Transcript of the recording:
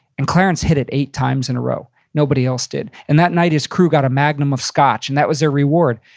and clarence hit it eight times in a row. nobody else did. and that night his crew got a magnum of scotch and that was their reward.